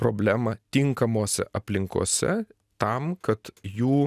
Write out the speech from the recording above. problemą tinkamose aplinkose tam kad jų